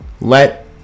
Let